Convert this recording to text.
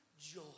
joy